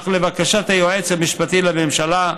אך לבקשת היועץ המשפטי לממשלה,